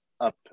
up